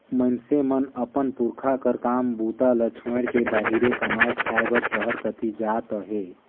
मइनसे मन अपन पुरखा कर काम बूता ल छोएड़ के बाहिरे कमाए खाए बर सहर कती जात अहे